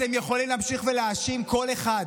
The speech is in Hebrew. אתם יכולים להמשיך ולהאשים כל אחד,